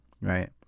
Right